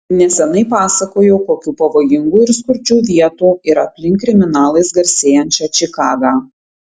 neseniai pasakojau kokių pavojingų ir skurdžių vietų yra aplink kriminalais garsėjančią čikagą